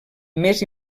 més